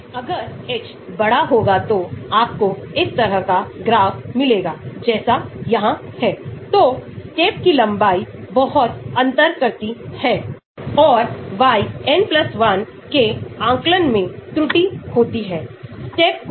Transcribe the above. तो संबंध शुरू में इस तरह बढ़ता जाएगा क्योंकि यह तेजी से बढ़ता है क्योंकि यह एक बड़े log p मूल्य पर जाता है यह टर्म शुरू होता है तो log p नीचे आना शुरू होता है